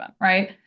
right